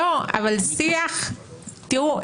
תראו,